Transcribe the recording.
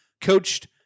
coached